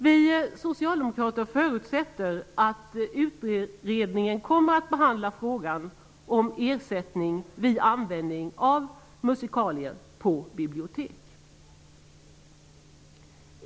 Vi socialdemokrater förutsätter att utredningen kommer att behandla frågan om ersättning vid användning av musikalier på bibliotek.